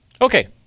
Okay